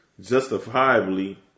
justifiably